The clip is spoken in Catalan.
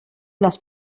les